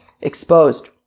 exposed